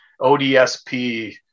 odsp